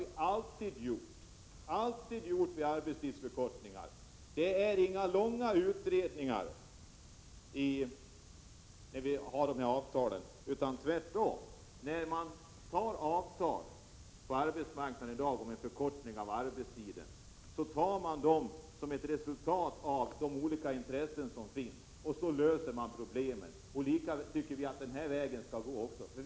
Det har vi alltid gjort vid arbetstidsförkortningar. De avtal som numera träffas om förkortning av arbetstiden brukar inte föregås av några långa utredningar. De brukar tvärtom ingås på grundval av de olika intressen som finns, och sedan löser man problemen. Vi tycker att man skall gå den vägen också nu.